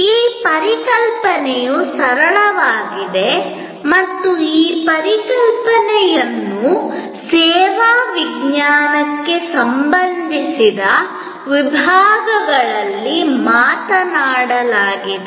ಈ ಪರಿಕಲ್ಪನೆಯು ಸರಳವಾಗಿದೆ ಮತ್ತು ಈ ಪರಿಕಲ್ಪನೆಯನ್ನು ಸೇವಾ ವಿಜ್ಞಾನಕ್ಕೆ ಸಂಬಂಧಿಸಿದ ವಿಭಾಗಗಳಿಂದ ಮಾತನಾಡಲಾಗಿದೆ